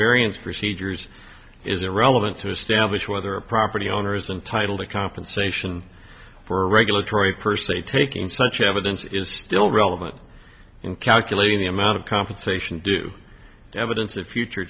variance procedures is irrelevant to establish whether a property owner is entitle to compensation for regulatory per se taking such evidence is still relevant in calculating the amount of compensation due evidence of future